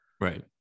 Right